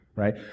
right